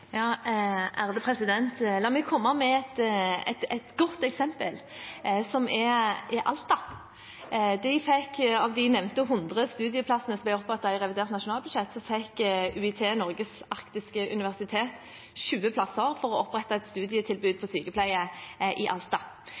La meg komme med et godt eksempel, som gjelder Alta. Av de nevnte 100 studieplassene som ble opprettet i revidert nasjonalbudsjett, fikk UiT Norges arktiske universitet 20 plasser for å opprette et studietilbud innen sykepleie i Alta.